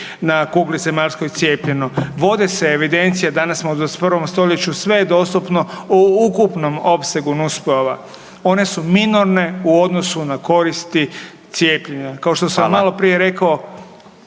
na kugli zemaljskoj cijepljeno, vode se evidencije, danas smo u 21. stoljeću, sve je dostupno u ukupnom opsegu nus pojava. One su minorne u odnosu na koristi cijepljenja. …/Upadica: Fala/…. Kao što sam maloprije rekao,